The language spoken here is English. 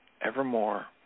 evermore